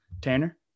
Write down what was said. Tanner